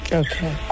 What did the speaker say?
okay